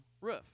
roof